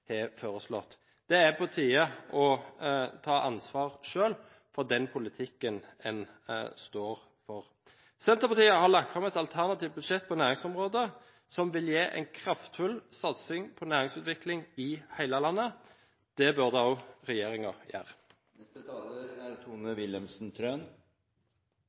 har foreslått. Det er på tide å ta ansvar selv for den politikken en står for. Senterpartiet har lagt fram et alternativt budsjett på næringsområdet som vil gi en kraftfull satsing på næringsutvikling i hele landet. Det burde også regjeringen gjøre. Det er helt umulig å kjenne seg igjen i det bildet som representantene Tore Hagebakken og